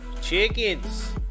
chickens